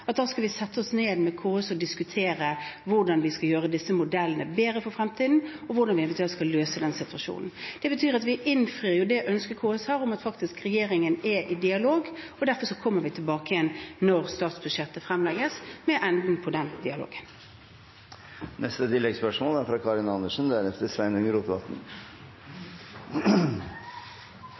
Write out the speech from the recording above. skal sette oss ned med KS og diskutere hvordan vi skal gjøre disse modellene bedre for fremtiden, og hvordan vi eventuelt skal løse denne situasjonen. Det betyr at vi innfrir det ønsket KS har, om at regjeringen er i dialog. Derfor kommer vi tilbake med enden på den dialogen når statsbudsjettet fremlegges. Karin Andersen – til oppfølgingsspørsmål. Regjeringen har gjennom sine valg på